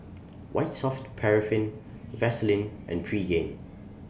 White Soft Paraffin Vaselin and Pregain